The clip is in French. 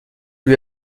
lui